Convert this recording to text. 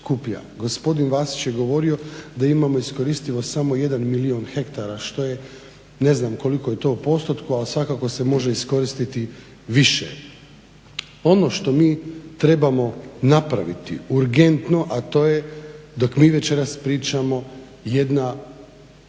Gospodin Vasić je govorio da imamo iskoristivo samo 1 milijun hektara što je, ne znam koliko je to u postotku ali svakako se može iskoristiti više. Ono što mi trebamo napraviti urgentno, a to je dok mi večeras pričamo jedna stočna